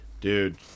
Dude